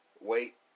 wait